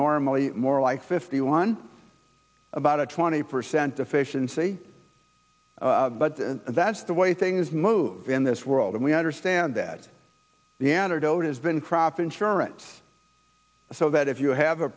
normally more like fifty one about a twenty percent efficiency but that's the way things move in this world and we understand that the antidote has been crop insurance so that if you have a